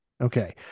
Okay